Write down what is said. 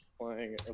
playing